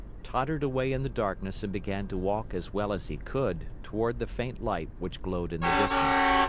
tottered away in the darkness and began to walk as well as he could toward the faint light which glowed in the distance.